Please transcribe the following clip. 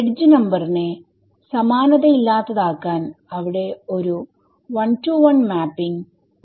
edge നമ്പറിനെ സമാനതയില്ലാത്തതാക്കാൻ അവിടെ ഒരു 1to1 മാപ്പിങ് ഉണ്ട്